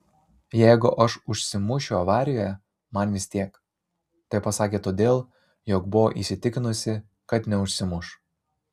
jeigu aš užsimušiu avarijoje man vis tiek tai pasakė todėl jog buvo įsitikinusi kad neužsimuš